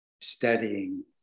studying